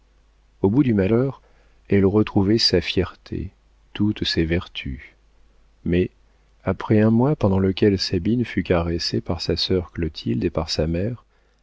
au bout du malheur elle retrouvait sa fierté toutes ses vertus mais après un mois pendant lequel sabine fut caressée par sa sœur clotilde et par sa mère